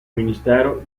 ministero